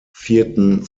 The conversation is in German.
vierten